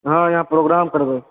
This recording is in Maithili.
हँ यहाँ प्रोग्राम करबै